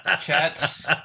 Chats